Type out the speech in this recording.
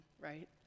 right